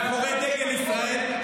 מאחור דגל ישראל,